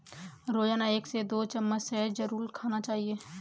रोजाना एक से दो चम्मच शहद जरुर खाना चाहिए